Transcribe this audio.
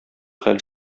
хәл